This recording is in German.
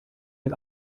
mit